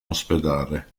ospedale